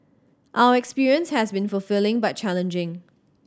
our experience has been fulfilling but challenging